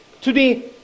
Today